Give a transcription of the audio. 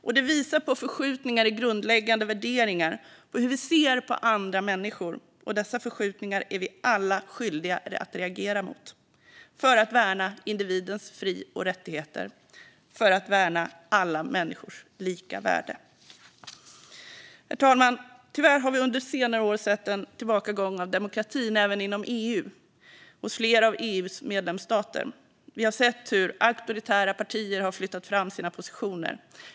Och det visar på förskjutningar i grundläggande värderingar och på hur vi ser på andra människor, och dessa förskjutningar är vi alla skyldiga att reagera mot för att värna individens fri och rättigheter och för att värna alla människors lika värde. Herr talman! Tyvärr har vi under senare år sett en tillbakagång av demokratin även inom EU hos flera av EU:s medlemsstater. Vi har sett hur auktoritära partier har flyttat fram sina positioner.